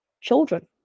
Children